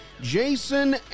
Jason